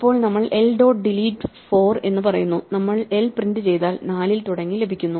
ഇപ്പോൾ നമ്മൾ l dot delete 4 എന്ന് പറയുന്നു നമ്മൾ l പ്രിന്റ് ചെയ്താൽ 4 ൽ തുടങ്ങി ലഭിക്കുന്നു